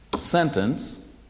sentence